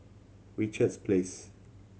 Richards Place